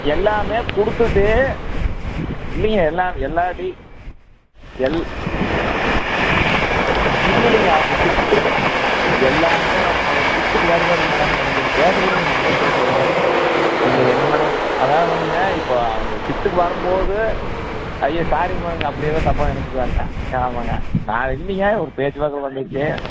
எல்லாம் கொடுத்துட்டு இல்லைங்க எல்லா எல்லாம் எல்லா இல்லை இல்லைங்க அவங்க ஷிஃப்ட் எல்லாம் அவரு ஷிஃப்ட்டுக்கு வருவாருங்க மேடம் என்னை கொஞ்சம் பேச விடுங்கள் நீங்களே பேசுறீங்க நீங்கள் என்ன மேடம் அதாவது வந்துங்க இப்போ அவங்க ஷிஃப்ட்டுக்கு வரும் போது அய்யோ சாரிங்க மேடம் நீங்கள் அப்படி ஏதும் தப்பாக நெனைச்சிக்க வேண்டாம் ஆமாங்க நான் இல்லைங்க ஒரு பேச்சு வாக்கில் வந்துச்சு